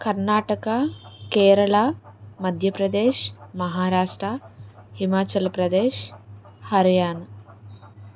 Karnataka Kerala Madhya Pradesh Maharashtra Himachal Pradesh Haryana